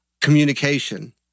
communication